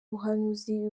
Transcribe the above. buhanuzi